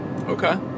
Okay